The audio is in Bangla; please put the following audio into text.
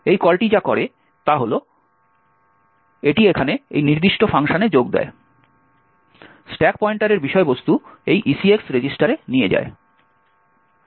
এই কলটি যা করে তা হল এটি এখানে এই নির্দিষ্ট ফাংশনে যোগ দেয় স্ট্যাক পয়েন্টারের বিষয়বস্তু এই ECX রেজিস্টারে নিয়ে যায়